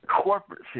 corporate